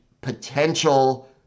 potential